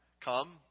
come